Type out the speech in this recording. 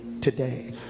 Today